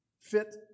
fit